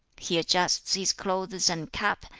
he adjusts his clothes and cap,